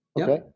Okay